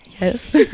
yes